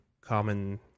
common